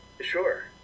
Sure